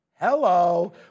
Hello